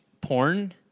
porn